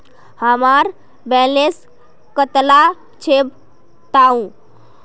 हमार बैलेंस कतला छेबताउ?